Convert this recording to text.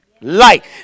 light